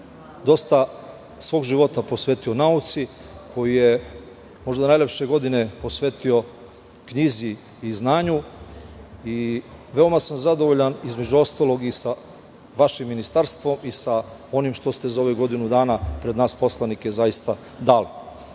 dosta svog života posvetio nauci, koji je možda najlepše godine posvetio knjizi i znanju. Veoma sam zadovoljan, između ostalog, sa vašim ministarstvom i sa onim što ste za ovih godinu dana pred nas poslanike, zaista